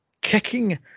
kicking